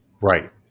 Right